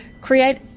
create